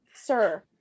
Sir